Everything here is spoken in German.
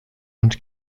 und